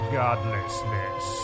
godlessness